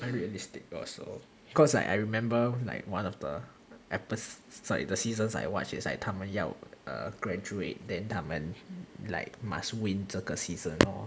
unrealistic also cause like I remember like one of the epi~ sorry the seasons I watch it's like 他们要 graduate then 他们 like must win 这个 season or